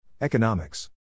Economics